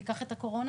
ניקח את הקורונה,